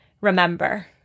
remember